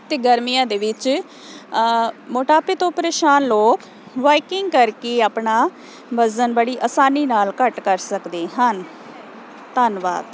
ਅਤੇ ਗਰਮੀਆਂ ਦੇ ਵਿੱਚ ਮੋਟਾਪੇ ਤੋਂ ਪਰੇਸ਼ਾਨ ਲੋਕ ਬਾਈਕਿੰਗ ਕਰਕੇ ਆਪਣਾ ਵਜ਼ਨ ਬੜੀ ਆਸਾਨੀ ਨਾਲ ਘੱਟ ਕਰ ਸਕਦੇ ਹਨ ਧੰਨਵਾਦ